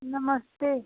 नमस्ते